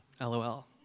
LOL